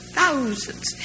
thousands